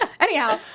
Anyhow